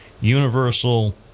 universal